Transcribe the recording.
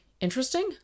interesting